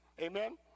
Amen